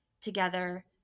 together